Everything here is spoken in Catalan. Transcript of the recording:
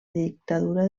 dictadura